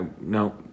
No